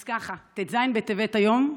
אז ככה: ט"ז בטבת היום,